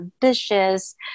dishes